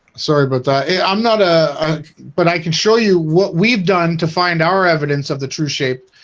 sorry, but i i'm not a but i can show you what we've done to find our evidence of the true shape.